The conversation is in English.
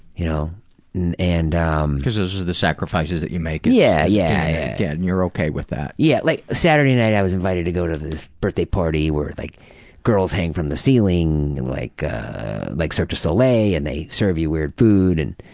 you know um cause those are the sacrifices you make yeah yeah yeah and you're ok with that. yeah, like saturday night i was invited to go to this birthday party where like girls hang from the ceiling, and like like cirque du soleil, and they server you weird food and